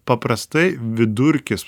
paprastai vidurkis